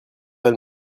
elle